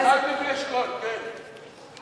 עד לוי אשכול, כן.